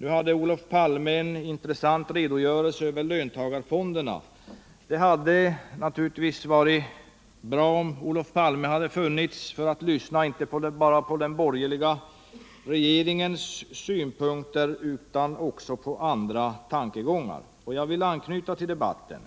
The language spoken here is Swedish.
lämnade Olof Palme en intressant redogörelse för löntagarfonderna. Det hade naturligtvis varit bra om Olof Palme funnits i kammaren för att lyssna Finansdebatt Finansdebatt inte bara på den borgerliga regeringens synpunkter utan också på andras. Jag vill anknyta till den debatten.